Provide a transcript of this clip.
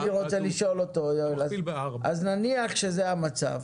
אני רוצה לשאול את יואל: נניח שזה המצב,